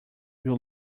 will